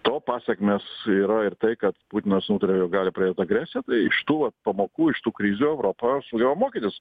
to pasekmės yra ir tai kad putinas nutarė jog gali pradėt agresiją tai iš tų vat pamokų iš tų krizių europa sugeba mokytis